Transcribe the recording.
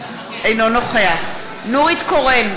אינו נוכח נורית קורן,